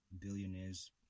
billionaires